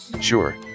Sure